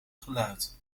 geluid